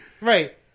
right